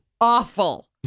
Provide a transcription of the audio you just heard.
Awful